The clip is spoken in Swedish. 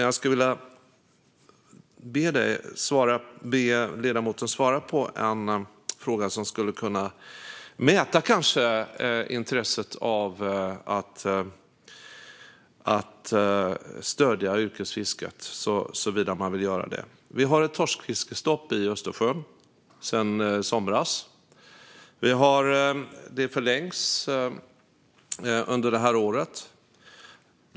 Jag skulle vilja be ledamoten att svara på en fråga som kanske skulle kunna mäta intresset av att stödja yrkesfisket, såvida man vill göra det. Vi har ett torskfiskestopp i Östersjön sedan i somras, och det förlängs under detta år.